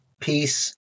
peace